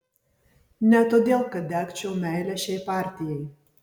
ne todėl kad degčiau meile šiai partijai